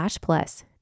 plus